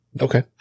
Okay